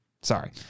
Sorry